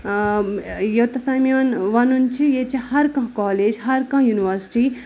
آ یوتتھ تام میٚون وَنُن چھُ ییٚتہِ چھِ ہر کانٛہہ کالج ہر کانٛہہ ینورسٹی